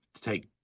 take